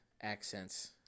accents